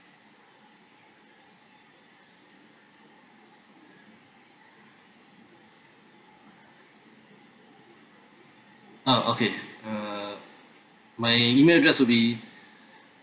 ah okay uh my email address will be